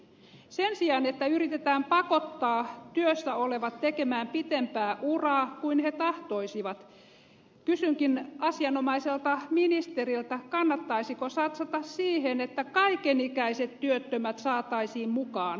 sen sijaan että yritetään pakottaa työssä olevat tekemään pitempää uraa kuin he tahtoisivat kannattaisiko satsata siihen että kaikenikäiset työttömät saataisiin mukaan työelämään